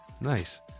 Nice